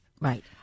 Right